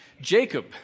Jacob